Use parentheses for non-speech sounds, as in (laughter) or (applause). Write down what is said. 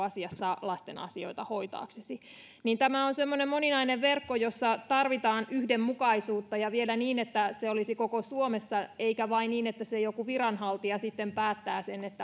(unintelligible) asiassa lasten asioita hoitaaksesi niin tämä on semmoinen moninainen verkko jossa tarvitaan yhdenmukaisuutta ja vielä niin että se olisi koko suomessa eikä vain niin että se joku viranhaltija sitten päättää sen